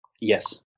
Yes